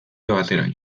bateraino